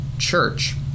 church